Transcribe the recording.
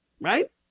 Right